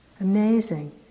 Amazing